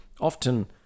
often